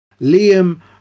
Liam